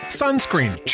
sunscreen